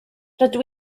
rydw